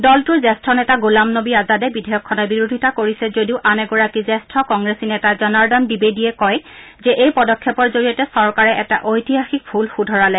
দলটোৰ জ্যেষ্ঠ নেতা গোলাম নবী আজাদে বিধেয়কখনৰ বিৰোধিতা কৰিছে যদিও আন এগৰাকী জ্যেষ্ঠ কংগ্ৰেছী নেতা জনাৰ্দন দ্বিবেদীয়ে কয় যে এই পদক্ষেপৰ জৰিয়তে চৰকাৰে এটা ঐতিহাসিক ভূল শুধৰালে